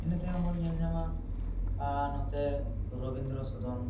ᱤᱱᱟᱹ ᱛᱟᱭᱚᱢ ᱵᱚᱱ ᱧᱮᱞ ᱧᱟᱢᱟ ᱱᱚᱛᱮ ᱨᱚᱵᱤᱱᱫᱨᱚ ᱥᱚᱫᱚᱱ